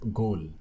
goal